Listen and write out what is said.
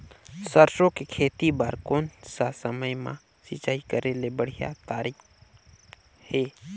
सरसो के खेती बार कोन सा समय मां सिंचाई करे के बढ़िया तारीक हे?